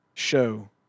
show